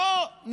זו,